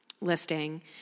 listing